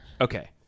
Okay